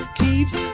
keeps